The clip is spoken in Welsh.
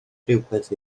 rywbeth